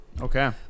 Okay